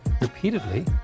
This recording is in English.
repeatedly